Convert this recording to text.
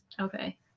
Okay